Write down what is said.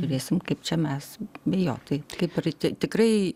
žiūrėsim kaip čia mes bijoti kaip ir tikrai